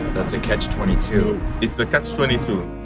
that's a catch twenty two. it's a catch twenty two.